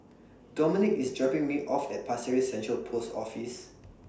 Dominik IS dropping Me off At Pasir Ris Central Post Office